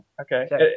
okay